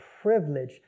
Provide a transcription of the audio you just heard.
privilege